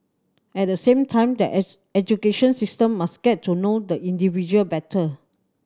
at the same time the education system must get to know the individual better